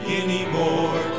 anymore